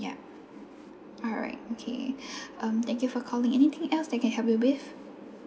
ya alright okay um thank you for calling anything else that can help you with